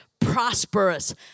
prosperous